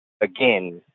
again